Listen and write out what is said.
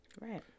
Right